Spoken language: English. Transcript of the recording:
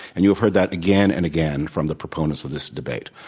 and you have heard that again and again from the proponents of this debate.